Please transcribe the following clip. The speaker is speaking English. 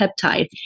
peptide